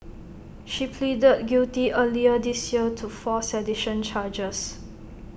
she pleaded guilty earlier this year to four sedition charges